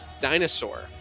Dinosaur